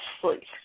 sleep